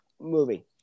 movie